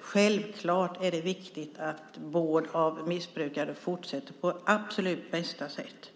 Självklart är det viktigt att vården av missbrukare fortsätter på absolut bästa sätt.